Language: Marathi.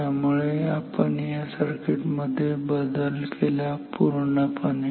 त्यामुळे आपण या सर्किट मध्ये बदल केला पूर्णपणे